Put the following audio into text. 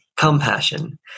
Compassion